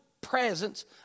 presence